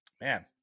man